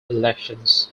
elections